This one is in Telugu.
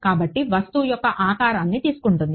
కాబట్టి వస్తువు యొక్క ఆకారాన్ని తీసుకుంటుంది